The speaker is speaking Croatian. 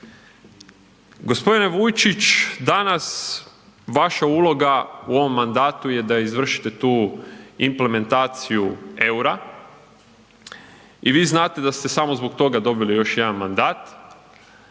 g. Vujčić, danas vaša uloga u ovom mandatu je da izvršite tu implementaciju EUR-a i vi znate da ste samo zbog toga dobili još jedan mandat,